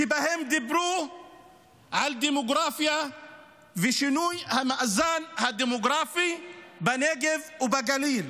שבהם דיברו על דמוגרפיה ושינוי המאזן הדמוגרפי בנגב ובגליל.